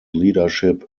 leadership